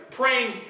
praying